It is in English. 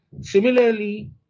Similarly